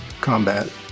combat